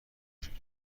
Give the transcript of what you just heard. اجاره